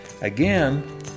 again